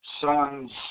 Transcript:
sons